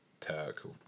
Turk